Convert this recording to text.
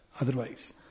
OTHERWISE